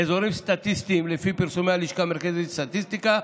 אזורים סטטיסטיים לפי פרסומי הלשכה המרכזית לסטטיסטיקה,